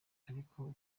ariko